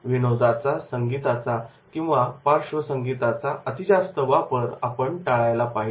विनोदाचा संगीताचा किंवा पार्श्वसंगीताचा अतिजास्त वापर टाळायला पाहिजे